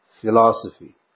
philosophy